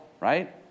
right